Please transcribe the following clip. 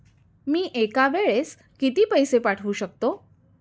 मी एका वेळेस किती पैसे पाठवू शकतो?